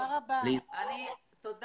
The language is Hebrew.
תודה.